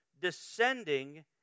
descending